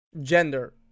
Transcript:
Gender